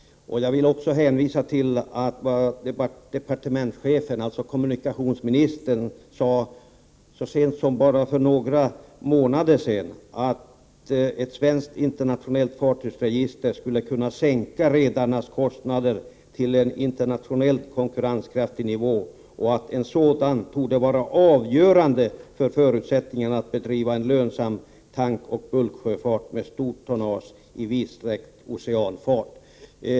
Jag vill också hänvisa till vad kommunikationsministern sade för bara några månader sedan, nämligen att ett svenskt internationellt fartygsregister skulle kunna sänka redarnas kostnader till en internationellt konkurrenskraftig nivå och att en sådan borde vara avgörande för förutsättningarna att bedriva en lönsam tankoch bulksjöfart med stort tonnage i vidsträckt oceanfart.